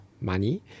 money